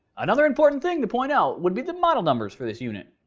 another important thing to point out would be the model numbers for this unit.